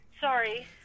Sorry